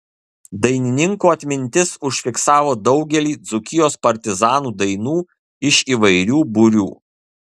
dainininko atmintis užfiksavo daugelį dzūkijos partizanų dainų iš įvairių būrių